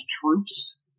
troops